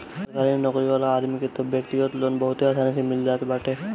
सरकारी नोकरी वाला आदमी के तअ व्यक्तिगत लोन बहुते आसानी से मिल जात बाटे